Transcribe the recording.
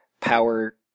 power